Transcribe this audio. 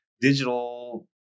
digital